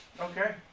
Okay